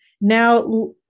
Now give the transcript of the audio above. Now